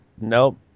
nope